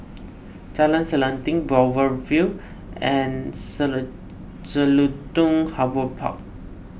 Jalan Selanting Boulevard Vue and Harbour Park